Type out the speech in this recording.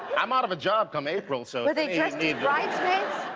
i'm out of a job come april. so the the bridesmaids,